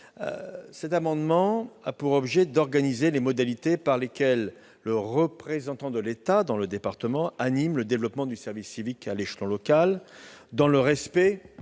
spéciale. Il a pour objet d'organiser les modalités par lesquelles le représentant de l'État dans le département anime le développement du service civique à l'échelon local, dans le respect